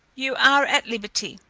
you are at liberty.